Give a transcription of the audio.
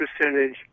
percentage